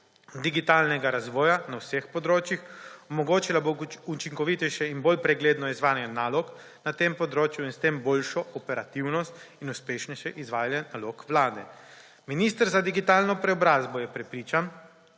digitalnega razvoja na vseh področjih. Omogočila bo učinkovitejše in bolj pregledno izvajanje nalog na tem področju in s tem boljšo operativnost in uspešnejše izvajanje nalog vlade. Minister za digitalno preobrazbo je prepričan,